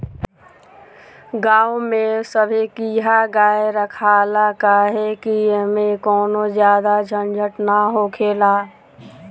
गांव में सभे किहा गाय रखाला काहे कि ऐमें कवनो ज्यादे झंझट ना हखेला